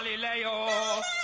Galileo